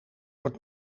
wordt